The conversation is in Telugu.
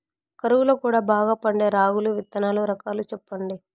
కరువు లో కూడా బాగా పండే రాగులు విత్తనాలు రకాలు చెప్పండి?